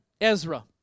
Ezra